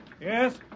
Yes